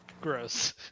Gross